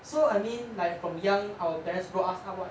so I mean like from young our parents brought us up [what]